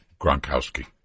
Gronkowski